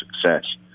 success